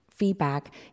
Feedback